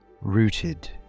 rooted